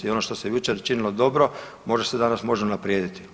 I ono što se jučer činilo dobro, možda se danas može unaprijediti.